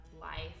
Life